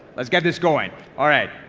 let's get this going alright.